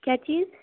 کیا چیز